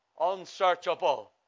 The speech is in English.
Unsearchable